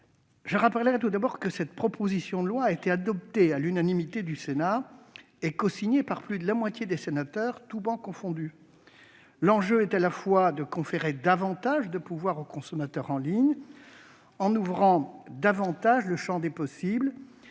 Je rappellerai tout d'abord que la proposition de loi de Sophie Primas a été adoptée à l'unanimité du Sénat et cosignée par plus de la moitié des sénateurs, sur toutes les travées. L'enjeu est à la fois de conférer davantage de pouvoir au consommateur en ligne, en ouvrant plus largement le champ des possibles,